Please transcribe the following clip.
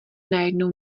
najednou